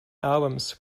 albums